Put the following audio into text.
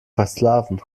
versklaven